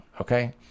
Okay